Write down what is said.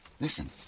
Listen